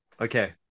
Okay